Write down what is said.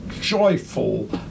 joyful